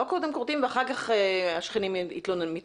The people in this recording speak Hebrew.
קודם כורתים ואחר כך השכנים מתלוננים.